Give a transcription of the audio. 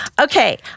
Okay